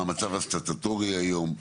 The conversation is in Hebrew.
מה המצב הסטטוטורי היום,